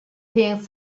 things